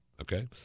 Okay